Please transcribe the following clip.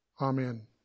Amen